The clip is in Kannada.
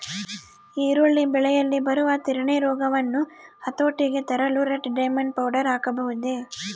ಈರುಳ್ಳಿ ಬೆಳೆಯಲ್ಲಿ ಬರುವ ತಿರಣಿ ರೋಗವನ್ನು ಹತೋಟಿಗೆ ತರಲು ರೆಡ್ ಡೈಮಂಡ್ ಪೌಡರ್ ಹಾಕಬಹುದೇ?